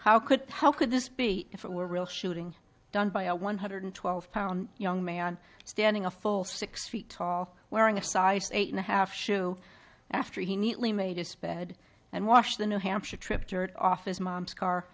how could how could this be if it were real shooting down by a one hundred twelve pound young man standing a full six feet tall wearing a size eight and a half shoe after he neatly made a spade and washed the new hampshire trip dirt off his mom's car